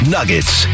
Nuggets